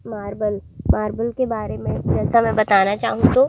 marble marble के बारे में जैसा मैं बताना चाहूँ तो